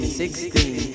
sixteen